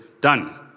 done